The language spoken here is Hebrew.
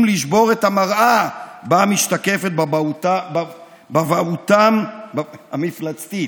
לשבור את המראה שבה משתקפת בבואתם המפלצתית.